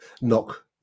knock